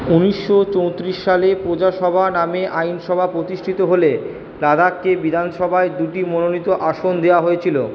উনিশশো চৌত্রিশ সালে প্রজাসভা নামে আইনসভা প্রতিষ্ঠিত হলে লাদাখকে বিধানসভায় দুটি মনোনীত আসন দেওয়া হয়েছিল